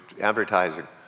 advertising